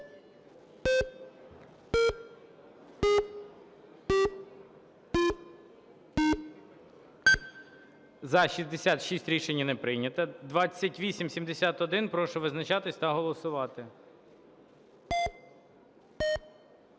За-66 Рішення не прийнято. 2871. Прошу визначатись та голосувати.